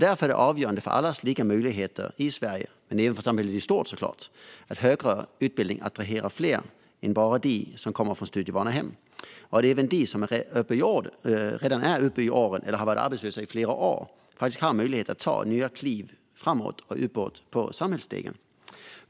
Därför är det avgörande för allas lika möjligheter i Sverige, men även för samhället i stort såklart, att högre utbildning attraherar fler än bara de som kommer från studievana hem och att även de som redan är till åren eller har varit arbetslösa i flera år har möjlighet att ta nya kliv framåt och uppåt på samhällsstegen.